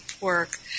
work